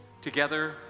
together